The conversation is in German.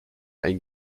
ein